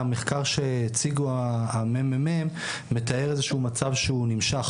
המחקר שהציג הממ"מ מראה מצב שנמשך,